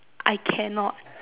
I cannot